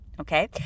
Okay